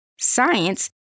science